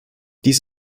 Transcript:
dies